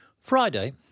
Friday